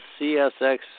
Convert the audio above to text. CSX